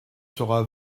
sera